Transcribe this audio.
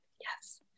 Yes